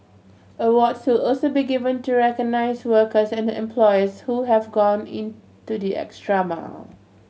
awards will also be given to recognise workers and employers who have gone into the extra mile